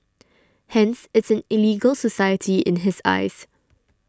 Hence it's an illegal society in his eyes